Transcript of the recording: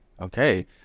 Okay